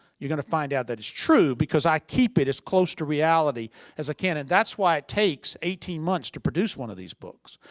you're going to find out that it's true because i keep it as close to reality as i can and that's why it takes eighteen months to produce one of these books.